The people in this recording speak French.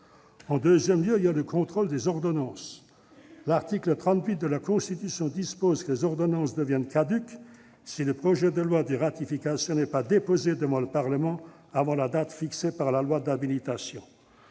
En deuxième lieu, je veux évoquer le contrôle des ordonnances. Aux termes de l'article 38 de la Constitution, « les ordonnances « deviennent caduques si le projet de loi de ratification n'est pas déposé devant le Parlement avant la date fixée par la loi d'habilitation